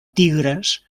tigres